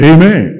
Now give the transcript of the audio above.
Amen